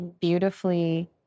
beautifully